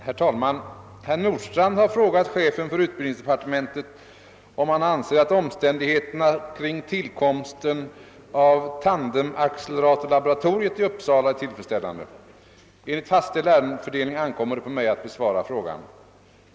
Herr talman! Herr Nordstrandh har frågat chefen för utbildningsdepartementet om han anser att omständigheterna kring tillkomsten av tandemacceleratorlaboratoriet i Uppsala är tillfredsställande. Enligt fastställd ärendefördelning ankommer det på mig att besvara frågan.